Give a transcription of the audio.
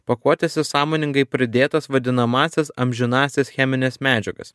pakuotėse sąmoningai pridėtas vadinamąsias amžinąsias chemines medžiagas